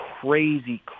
crazy